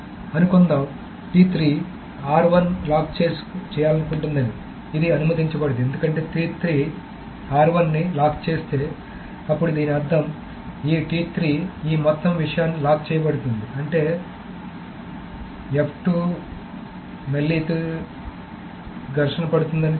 కాబట్టిఅనుకుందాం lock చేయాలనుకుంటుందని అని అది అనుమతించబడదు ఎందుకంటే ని లాక్ చేస్తే అప్పుడు దీని అర్థం ఈ ఈ మొత్తం విషయాన్ని లాక్ చేయబోతోంది అంటే వద్ద ఉన్న లాక్ అర్థం మళ్లీ తో ఘర్షణ పడుతుందని